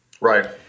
right